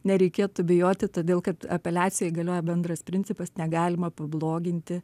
nereikėtų bijoti todėl kad apeliacijai galioja bendras principas negalima pabloginti